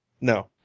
No